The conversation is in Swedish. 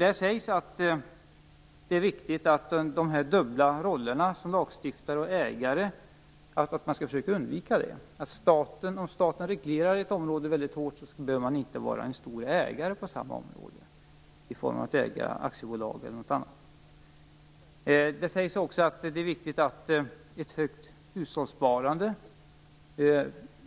Där står att man skall försöka undvika de dubbla rollerna som lagstiftare och ägare. Om staten reglerar ett område hårt, behöver man inte vara en stor ägare på samma område. Det står också att ett högt hushållssparande